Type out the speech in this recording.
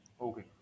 Okay